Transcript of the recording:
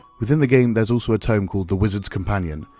within the game there's also a tome called the wizard's companion,